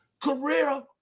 career